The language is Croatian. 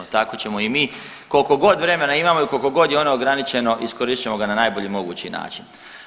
Tako ćemo i mi, koliko god vremena imamo i koliko god je ono ograničeno iskoristit ćemo ga na najbolji mogući način.